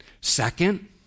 Second